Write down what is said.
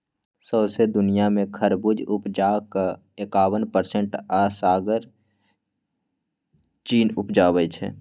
सौंसे दुनियाँ मे खरबुज उपजाक एकाबन परसेंट असगर चीन उपजाबै छै